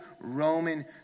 Roman